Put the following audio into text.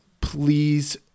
Please